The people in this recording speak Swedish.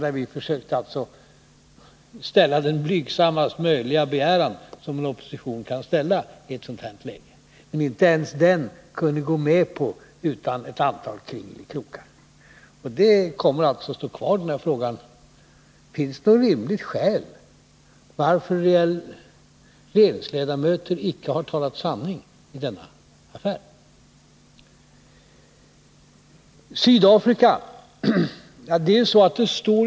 När vi försökte framställa den blygsammaste möjliga begäran som en opposition kan framställa i ett sådant här läge kunde ni inte ens gå med på den utan ett antal kringelikrokar. Denna fråga kommer alltså att kvarstå: Finns det något rimligt skäl till att regeringsledamöter icke har talat sanning i denna affär? Sydafrika.